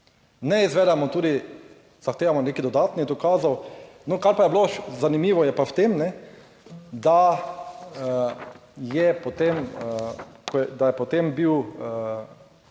Ne izvedemo, tudi zahtevamo nekih dodatnih dokazov. No, kar pa je bilo zanimivo, je pa v tem, da je potem,